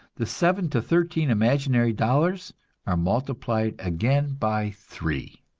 the seven to thirteen imaginary dollars are multiplied again by three.